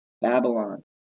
Babylon